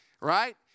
right